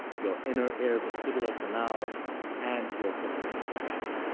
your inner ear vestibular canals and your proprioception.